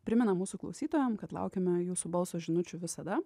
primenam mūsų klausytojam kad laukiame jūsų balso žinučių visada